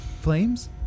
Flames